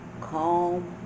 Calm